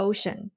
Ocean 。